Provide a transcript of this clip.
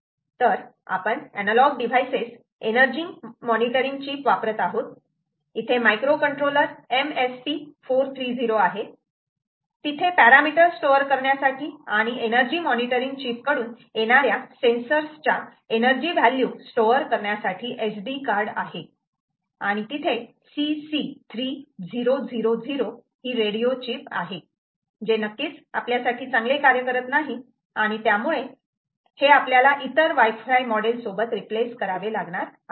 तर आपण analog devices energy monitoring chip वापरत आहोत इथे मायक्रो कंट्रोलर MSP 430 आहे तिथे पॅरामिटर स्टोअर करण्यासाठी आणि एनर्जी मॉनिटरिंग चीप कडून येणाऱ्या सेन्सरच्या एनर्जी व्हॅल्यू स्टोअर करण्यासाठी SD कार्ड आहे आणि तिथे CC3000 हे रेडिओ चीप आहे जे नक्कीच आपल्यासाठी चांगले कार्य करत नाही त्यामुळे हे आपल्याला इतर वायफाय मॉडेल सोबत रिप्लेस करावे लागणार आहे